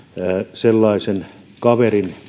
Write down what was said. sellaisen kaverin